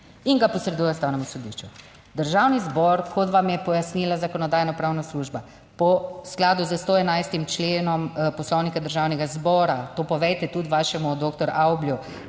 In ga posreduje Ustavnemu sodišču. Državni zbor, kot vam je pojasnila Zakonodajno-pravna služba, po skladu s 111. členom Poslovnika Državnega zbora to povejte tudi vašemu doktor Avblju,